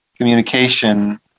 communication